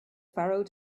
pharaoh